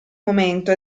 momento